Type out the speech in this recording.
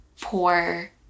poor